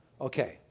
Okay